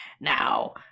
Now